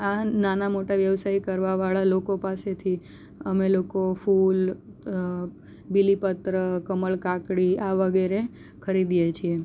આ નાના મોટા વ્યવસાય કરવાવાળા લોકો પાસેથી અમે લોકો ફૂલ બીલીપત્ર કમળકાકડી આ વગેરે ખરીદીએ છીએ